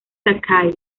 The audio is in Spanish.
sakai